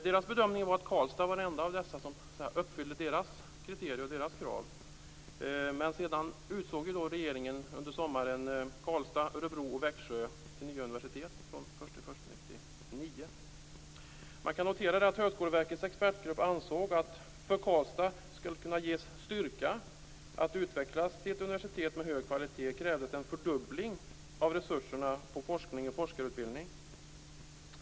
Deras bedömning var att Karlstad var den enda av dessa som uppfyller deras kriterier och krav. Men sedan utsåg regeringen under sommaren Karlstad, Man kan notera att Högskoleverkets expertgrupp ansåg att för att Karlstad skulle kunna ges styrka att utvecklas till ett universitet med hög kvalitet krävdes en fördubbling av resurserna för forskning och forskarutbildning.